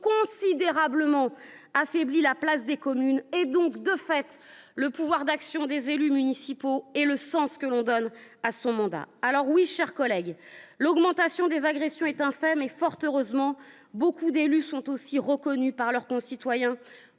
considérablement affaibli la place des communes et donc, de fait, le pouvoir d’action des élus municipaux et le sens de leur mandat. Oui, mes chers collègues, l’augmentation des agressions est un fait, mais, fort heureusement, beaucoup d’élus sont aussi reconnus par leurs concitoyens